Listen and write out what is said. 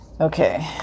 okay